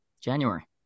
January